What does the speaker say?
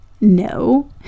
No